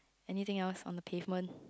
anything else on the pavement